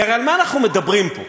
כי הרי על מה אנחנו מדברים פה?